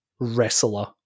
wrestler